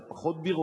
זה פחות ביורוקרטיה,